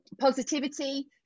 positivity